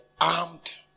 armed